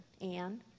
Anne